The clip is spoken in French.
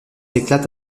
éclate